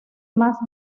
más